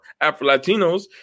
Afro-Latinos